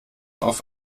auf